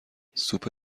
سوپ